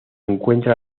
encuentra